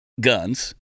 guns